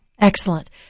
Excellent